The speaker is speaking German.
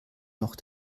noch